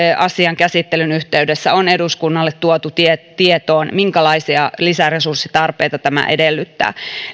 asian käsittelyn yhteydessä on eduskunnalle tuotu tietoon minkälaisia lisäresurssitarpeita tämä edellyttää